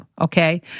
Okay